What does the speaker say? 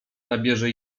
nabierze